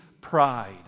pride